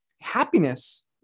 happiness